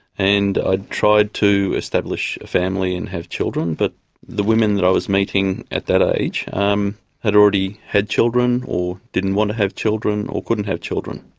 and i'd tried to establish a family and have children, but the women that i was meeting at that age um had already had children or didn't want to have children or couldn't have children.